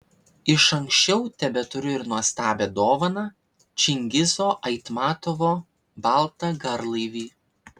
iš anksčiau tebeturiu ir nuostabią dovaną čingizo aitmatovo baltą garlaivį